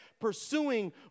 pursuing